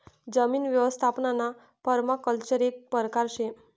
जमीन यवस्थापनना पर्माकल्चर एक परकार शे